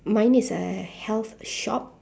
mine is a health shop